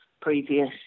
previous